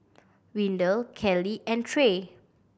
Windell Kellee and Tre